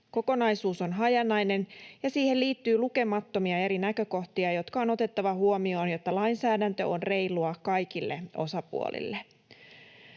Kokonaisuus on hajanainen, ja siihen liittyy lukemattomia eri näkökohtia, jotka on otettava huomioon, jotta lainsäädäntö on reilua kaikille osapuolille.